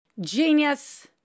Genius